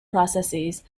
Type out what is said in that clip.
processes